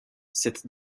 cette